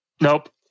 Nope